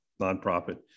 nonprofit